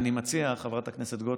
אני מציע, חברת הכנסת גוטליב,